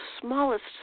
smallest